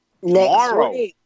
Tomorrow